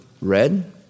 red